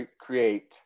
create